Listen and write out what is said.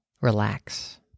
Relax